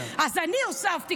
אז אני הוספתי,